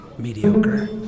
Mediocre